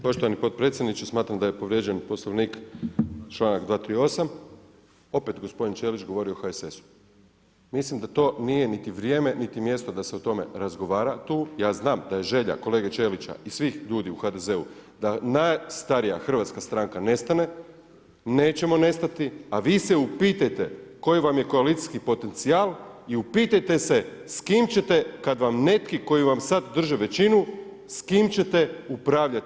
Poštovani potpredsjedniče, smatram da je povrijeđen Poslovnik, članak 238., opet gospodin Ćelić govori o HSS-u, mislim da to nije niti vrijeme niti mjesto da se o tome razgovara tu, ja znam da je želja kolege Ćelića i svih ljudi u HDZ-u da najstarija hrvatska stranka nestane, nećemo nestati, a vi se upitajte koji vam je koalicijski potencijal i upitajte se s kim ćete kad vam neki koji vam sad drže većinu, s kim ćete upravljati.